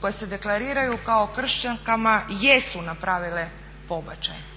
koje se deklariraju kako kršćankama jesu napravile pobačaj?